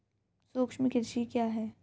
सूक्ष्म कृषि क्या है?